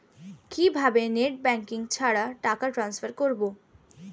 কিভাবে net banking ছাড়া টাকা ট্রান্সফার করবো?